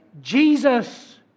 Jesus